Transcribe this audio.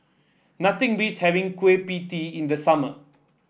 nothing beats having Kueh Pie Tee in the summer